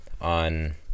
on